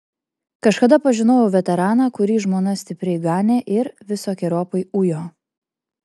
kažkada pažinojau veteraną kurį žmona stipriai ganė ir visokeriopai ujo